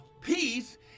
peace